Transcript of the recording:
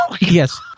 Yes